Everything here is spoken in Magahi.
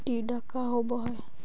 टीडा का होव हैं?